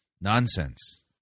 nonsense